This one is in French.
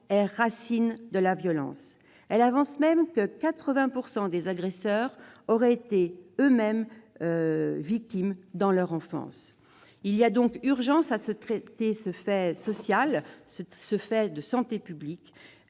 est racine de la violence ». Elle avance même que 80 % des agresseurs auraient eux-mêmes subi des abus dans leur enfance. Il y a donc urgence à traiter ce fait social, de santé publique